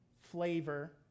flavor